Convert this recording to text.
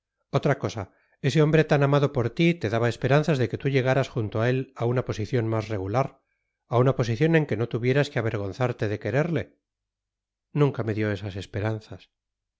otra cosa ese hombre tan amado por ti te daba esperanzas de que tú llegarás junto a él a una posición más regular a una posición en que no tuvieras que avergonzarte de quererle nunca me dio esas esperanzas